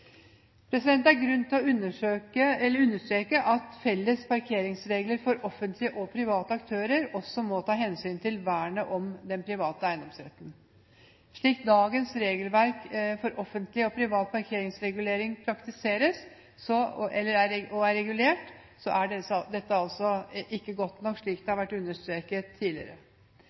Det er grunn til å understreke at felles parkeringsregler for offentlige og private aktører også må ta hensyn til vernet om den private eiendomsretten. Slik dagens regelverk for offentlig og privat parkeringsregulering praktiseres – og er regulert – er dette ikke godt nok, slik det har vært understreket tidligere.